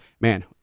Man